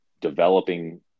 developing